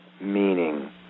meaning